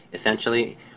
Essentially